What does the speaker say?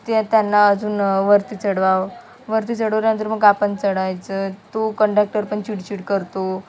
त्या त्यांना अजून वरती चढवावं वरती चढवल्यानंतर मग आपण चढायचं तो कंडक्टर पण चिडचिड करतो